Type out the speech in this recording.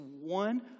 one